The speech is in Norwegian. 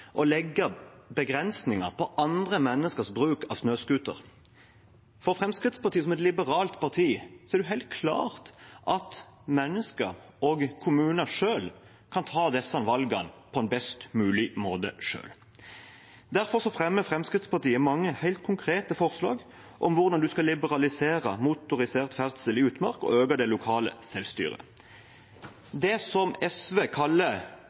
å legge begrensninger på andre menneskers bruk av snøscooter. For Fremskrittspartiet, som et liberalt parti, er det helt klart at mennesker og kommuner selv kan ta disse valgene på en best mulig måte. Derfor fremmer Fremskrittspartiet mange helt konkrete forslag om hvordan man skal liberalisere motorisert ferdsel i utmark og utøve det lokale selvstyret. Det SV kaller